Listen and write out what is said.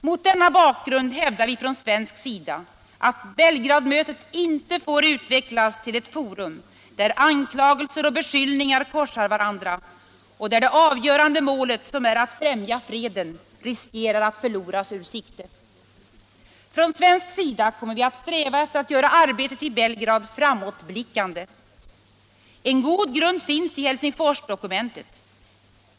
Mot denna bakgrund hävdar vi från svensk sida att Belgradmötet inte bör utvecklas till ett forum där anklagelser och beskyllningar korsar varandra och där det avgörande målet, som är att främja freden, riskerar att förloras ur sikte. Från svensk sida kommer vi att sträva efter att göra arbetet i Belgrad framåtblickande. En god grund finns i Helsingforsdokumentet.